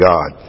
God